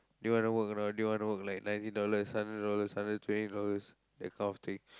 do you want to work or not do you want to work like ninety dollar seventy dollars hundred twenty dollars that kind of thing